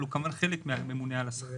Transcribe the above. אבל הוא כמובן חלק מהממונה על השכר.